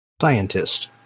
Scientist